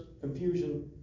confusion